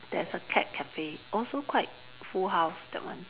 there's a cat cafe also quite full house that one